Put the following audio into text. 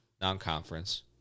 non-conference